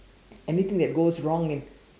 anything that goes wrong and